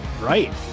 right